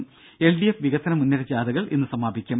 രുര L D F വികസന മുന്നേറ്റ ജാഥകൾ ഇന്ന് സമാപിക്കും